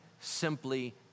simply